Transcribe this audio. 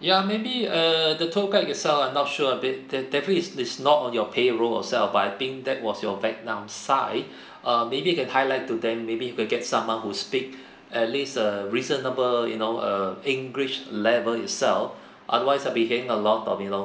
ya maybe err the tour guide itself I'm not sure a bit de~ definitely is is not on your payroll or else but I think that was your vietnam side uh maybe you can highlight to them maybe you can get someone who speak at least a reasonable you know err english level itself otherwise I'll be having a long